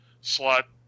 slot